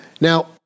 Now